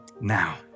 now